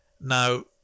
Now